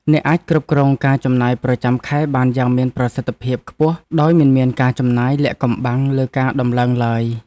អ្នកអាចគ្រប់គ្រងការចំណាយប្រចាំខែបានយ៉ាងមានប្រសិទ្ធភាពខ្ពស់ដោយមិនមានការចំណាយលាក់កំបាំងលើការដំឡើងឡើយ។